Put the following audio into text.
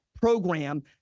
program